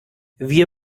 wir